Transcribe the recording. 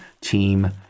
team